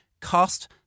Cost